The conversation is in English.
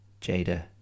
Jada